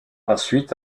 ensuite